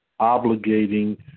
obligating